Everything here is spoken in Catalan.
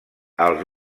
els